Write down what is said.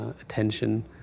attention